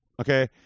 Okay